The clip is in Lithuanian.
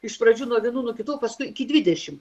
iš pradžių nuo vienų nuo kitų o paskui iki dvidešimt